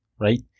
right